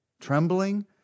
Trembling